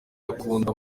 akunda